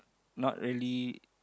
not really